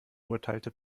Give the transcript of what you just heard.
urteilte